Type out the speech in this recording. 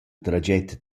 traget